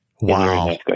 Wow